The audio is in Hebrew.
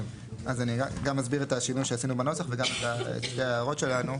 אז אני גם אסביר את השינוי שעשינו בנוסח וגם את שתי ההערות שלנו.